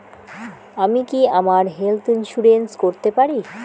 আমি কি আমার হেলথ ইন্সুরেন্স করতে পারি?